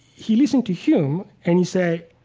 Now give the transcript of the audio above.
he listened to hume, and he said,